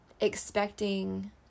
expecting